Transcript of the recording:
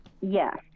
Yes